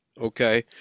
Okay